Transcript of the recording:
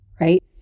right